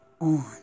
on